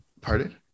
Pardon